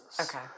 Okay